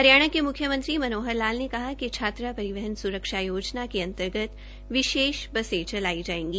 हरियाणा के म्ख्यमंत्री मनोहर लाल ने कहा कि छात्रा रिवहन सुरक्षा योजना के अंतर्गत विशेष बसें चलायी जायेगी